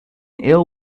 ill